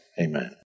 amen